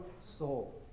soul